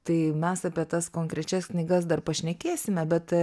tai mes apie tas konkrečias knygas dar pašnekėsime bet